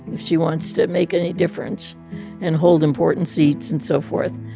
if she wants to make any difference and hold important seats and so forth,